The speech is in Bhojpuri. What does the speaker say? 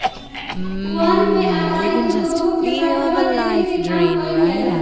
वन पे आधारित उद्योग के बढ़ावा देवे के काम कईल जाला